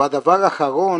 והדבר האחרון